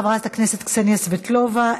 חברת הכנסת קסניה סבטלובה,